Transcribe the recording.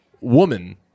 woman